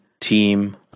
team